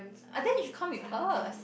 I think she comes with us